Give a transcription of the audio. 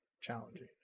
challenging